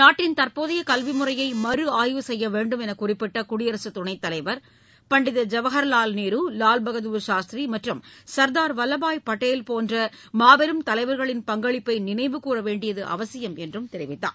நாட்டின் தற்போதைய கல்வி முறையை மறு ஆய்வு செய்ய வேண்டும் என்று குறிப்பிட்ட குடியரசு துணைத் தலைவர் பண்டித ஜவஹர்வால் நேரு லால் பகதூர் சாஸ்திரி மற்றும் சர்தார் வல்வபாய் பட்டேல் போன்ற மாபெரும் தலைவர்களின் பங்களிப்பை நினைவுகூற வேண்டியது அவசியம் என்றும் தெரிவித்தார்